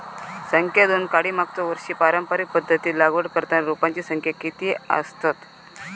संख्या दोन काडी मागचो वर्षी पारंपरिक पध्दतीत लागवड करताना रोपांची संख्या किती आसतत?